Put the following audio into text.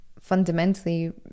fundamentally